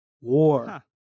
War